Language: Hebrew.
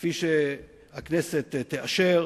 כפי שהכנסת תאשר,